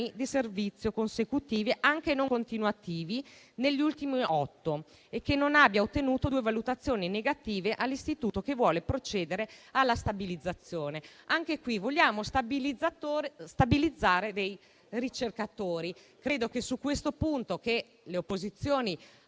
di servizio consecutivi, anche non continuativi, negli ultimi otto e che non abbia ottenuto due valutazioni negative dall'istituto che vuole procedere alla stabilizzazione. Anche in questo caso, si vogliono stabilizzare dei ricercatori. Con riguardo a questo punto, su cui le opposizioni